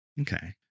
Okay